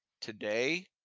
today